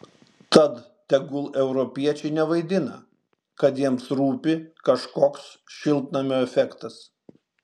tad tegul europiečiai nevaidina kad jiems rūpi kažkoks šiltnamio efektas